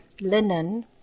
linen